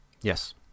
Yes